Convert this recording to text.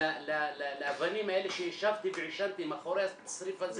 לאבנים האלה שישבתי ועישנתי מאחורי הצריף הזה